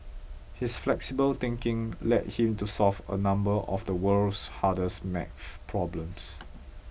his flexible thinking led him to solve a number of the world's hardest math problems